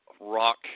rock